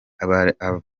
abakenera